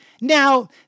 Now